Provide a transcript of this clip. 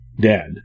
dead